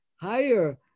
higher